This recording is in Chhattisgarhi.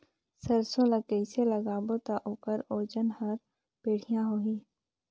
सरसो ला कइसे लगाबो ता ओकर ओजन हर बेडिया होही?